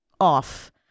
off